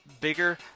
bigger